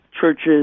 churches